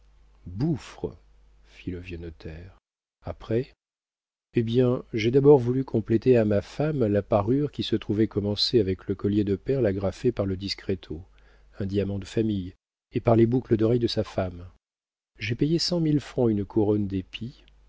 bouffre fit le vieux notaire après hé bien j'ai d'abord voulu compléter à ma femme la parure qui se trouvait commencée avec le collier de perles agrafé par le discreto un diamant de famille et par les boucles d'oreilles de sa mère j'ai payé cent mille francs une couronne d'épis